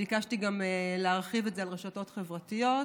ביקשתי גם להרחיב את זה על רשתות חברתיות.